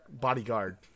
bodyguard